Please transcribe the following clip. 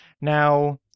Now